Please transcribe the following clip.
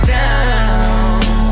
down